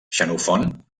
xenofont